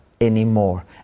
anymore